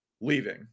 Leaving